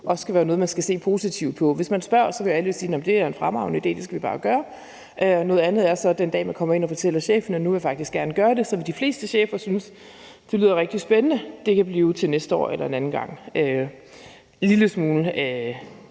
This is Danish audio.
også skal være noget, man skal se positivt på. Hvis man spørger, vil alle jo sige: Det er en fremragende idé; det skal vi bare gøre. Noget andet er så, den dag man kommer ind og fortæller chefen, at nu vil man faktisk gerne gøre det. Så vil de fleste chefer synes, det lyder rigtig spændende; det kan blive til næste år eller en anden gang – en lille smule